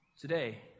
today